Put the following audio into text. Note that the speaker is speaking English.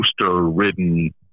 poster-ridden